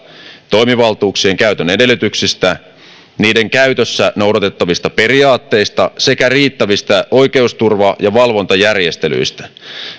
toimivaltuuksien käytön edellytyksistä niiden käytössä noudatettavista periaatteista sekä riittävistä oikeusturva ja valvontajärjestelyistä